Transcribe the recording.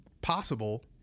possible